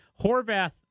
Horvath